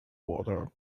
water